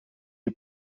you